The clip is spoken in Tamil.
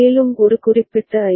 மேலும் ஒரு குறிப்பிட்ட ஐ